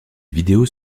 vidéos